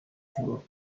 favor